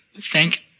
Thank